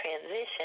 transition